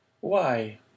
Why